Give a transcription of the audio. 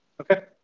Okay